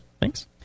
Thanks